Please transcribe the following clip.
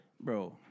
bro